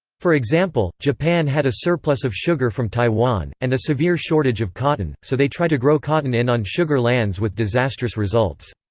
for example, japan had a surplus of sugar from taiwan, and a severe shortage of cotton, so they try to grow cotton in on sugar lands with disastrous results.